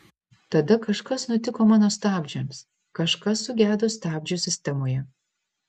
tada kažkas nutiko mano stabdžiams kažkas sugedo stabdžių sistemoje